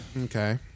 Okay